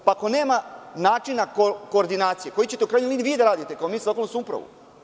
Ako nema načina koordinacije, koji ćete u krajnjoj liniji vi da radite, komisije za lokalnu samoupravu.